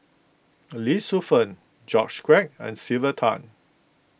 Lee Shu Fen George Quek and Sylvia Tan